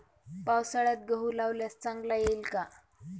पावसाळ्यात गहू लावल्यास चांगला येईल का?